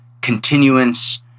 continuance